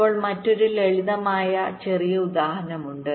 ഇപ്പോൾ മറ്റൊരു ലളിതമായ ചെറിയ ഉദാഹരണമുണ്ട്